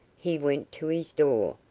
he went to his door,